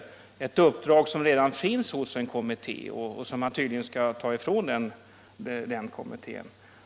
Det uppdraget ligger redan hos en kommitté, men tydligen skall man ta det från kommittén.